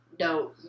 No